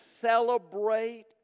celebrate